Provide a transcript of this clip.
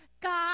God